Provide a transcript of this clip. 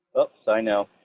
whoops, i know.